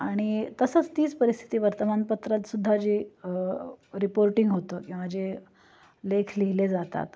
आणि तसंच तीच परिस्थिती वर्तमानपत्रात सुद्धा जी रिपोर्टिंग होतं किंवा जे लेख लिहिले जातात